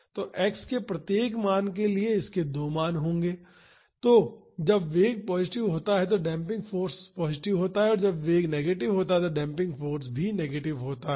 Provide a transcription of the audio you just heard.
तो x के प्रत्येक मान के लिए इसके 2 मान होंगे जब वेग पॉजिटिव होता है तो डेम्पिंग फाॅर्स पॉजिटिव होता है और जब वेग नेगेटिव होता है तो डेम्पिंग फाॅर्स भी नेगेटिव होता है